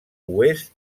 oest